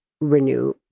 renew